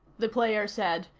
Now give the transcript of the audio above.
the player said,